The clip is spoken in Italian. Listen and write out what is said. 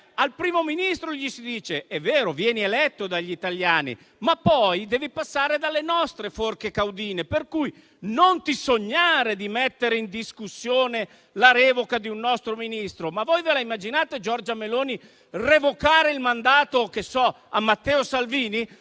qualcosa del seguente tipo: è vero, vieni eletto dagli italiani, ma poi devi passare dalle nostre forche caudine, per cui non ti sognare di mettere in discussione la revoca di un nostro Ministro. Voi ve la immaginate Giorgia Meloni revocare il mandato a Matteo Salvini?